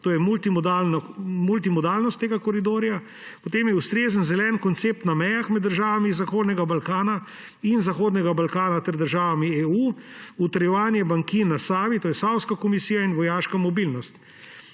to je multimodalnost tega koridorja. Potem je ustrezen zelen koncept na mejah med državami Zahodnega Balkana in med državami Zahodnega Balkana ter državami Evropske unije, utrjevanje bankin na Savi, to je Savska komisija, in vojaška mobilnost.